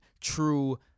true